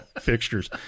fixtures